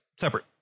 Separate